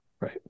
Right